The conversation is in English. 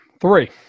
Three